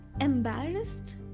Embarrassed